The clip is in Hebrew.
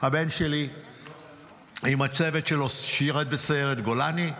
הבן שלי עם הצוות שלו שירת בסיירת גולני,